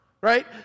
right